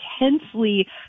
intensely